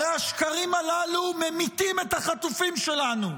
הרי השקרים הללו ממיתים את החטופים שלנו.